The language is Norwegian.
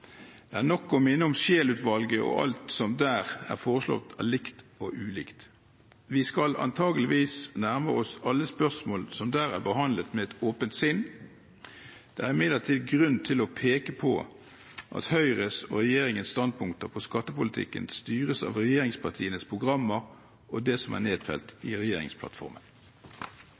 Det er nok å minne om Scheel-utvalget og alt som der er foreslått av likt og ulikt. Vi skal antakeligvis nærme oss alle spørsmål som der er behandlet, med et åpent sinn. Det er imidlertid grunn til å peke på at Høyres og regjeringens standpunkter i skattepolitikken styres av regjeringspartienes programmer og det som er nedfelt i regjeringsplattformen.